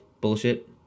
bullshit